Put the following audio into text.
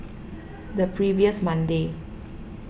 the previous Monday